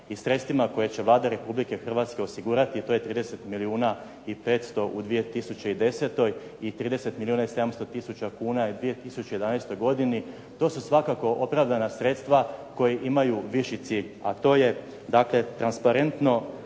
i sredstvima koja će Vlada Republike Hrvatske osigurati a to je 30 milijuna i 500 u 2010. i 30 milijuna 700 tisuća kuna u 2011. godini. To su svakako opravdana sredstva koja imaju viši cilj a to je transparentno